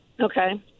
Okay